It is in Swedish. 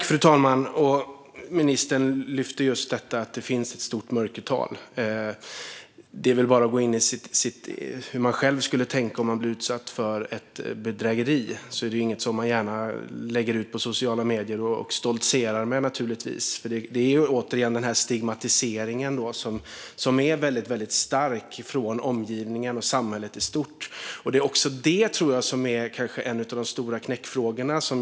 Fru talman! Ministern lyfte just att det finns ett stort mörkertal. Det är väl bara att gå in i hur man själv skulle tänka om man skulle bli utsatt för ett bedrägeri. Det är naturligtvis inget som man gärna lägger ut på sociala medier och stoltserar med, för det finns en väldigt stark stigmatisering från omgivningen och samhället i stort. Det är också det, tror jag, som kanske är en av de stora knäckfrågorna.